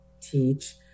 teach